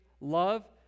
love